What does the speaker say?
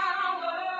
power